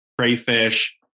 crayfish